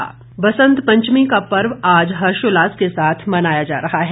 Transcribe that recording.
बसंत पंचमी बसंत पंचमी का पर्व आज हर्षोल्लास के साथ मनाया जा रहा है